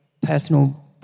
personal